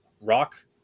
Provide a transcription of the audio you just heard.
rock